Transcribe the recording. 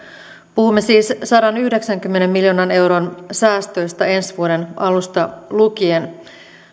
puhumme siis sadanyhdeksänkymmenen miljoonan euron säästöistä ensi vuoden alusta lukien